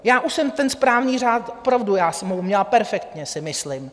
Já už jsem ten správní řád, opravdu jsem ho uměla perfektně, si myslím.